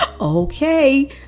okay